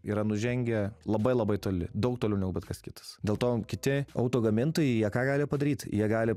yra nužengę labai labai toli daug toliau negu bet kas kitas dėl to kiti auto gamintojai jie ją gali padaryt jie gali